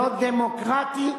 לא דמוקרטי,